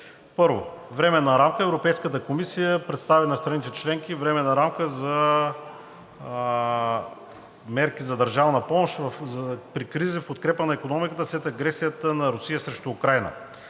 Първо, Временна рамка. Европейската комисия представи на страните членки Временна рамка за мерки за държавна помощ при кризи в подкрепа на икономиката след агресията на Русия срещу Украйна